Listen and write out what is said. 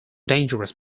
dangerous